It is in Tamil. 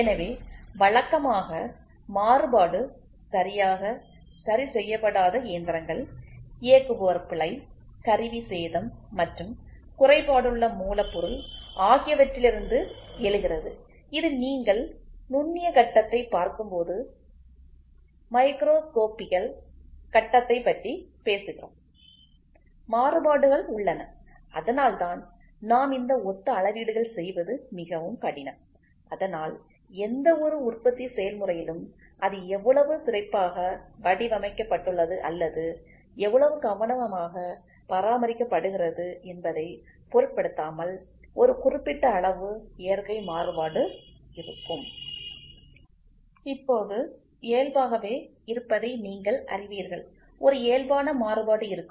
எனவே வழக்கமாக மாறுபாடு சரியாக சரிசெய்யப்படாத இயந்திரங்கள் இயக்குபவர் பிழை கருவி சேதம் மற்றும் குறைபாடுள்ள மூலப்பொருள் ஆகியவற்றிலிருந்து எழுகிறது இது நீங்கள் நுண்ணிய கட்டத்தைப் பார்க்கும்போது மேக்ரோஸ்கோபிகல் கட்டத்தைப் பற்றி பேசுகிறோம் மாறுபாடுகள் உள்ளன அதனால்தான் நாம் இந்த ஒத்த அளவீடுகள் செய்வது மிகவும் கடினம் அதனால்எந்தவொரு உற்பத்தி செயல்முறையிலும் அது எவ்வளவு சிறப்பாக வடிவமைக்கப்பட்டுள்ளது அல்லது எவ்வளவு கவனமாக பராமரிக்கப்படுகிறது என்பதைப் பொருட்படுத்தாமல் ஒரு குறிப்பிட்ட அளவு இயற்கை மாறுபாடு இருக்கும் இப்போது இயல்பாகவே இருப்பதை நீங்கள் அறிவீர்கள் ஒரு இயல்பான மாறுபாடு இருக்கும்